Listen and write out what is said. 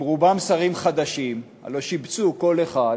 הם רובם שרים חדשים, הלוא שיבצו כל אחד,